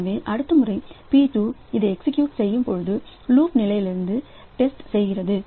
எனவே அடுத்த முறை P2 இதை எக்ஸிகியூட் போது லூப் நிலை டெஸ்ட் செய்கிறது